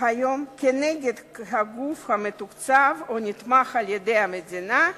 היום נגד הגוף המתוקצב או נתמך על-ידי המדינה,